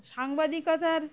সাংবাদিকতার